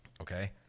Okay